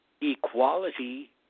equality